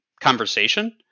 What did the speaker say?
conversation